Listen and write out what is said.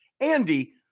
Andy